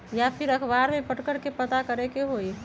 या फिर अखबार में पढ़कर के पता करे के होई?